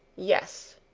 yes,